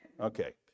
Okay